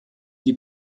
die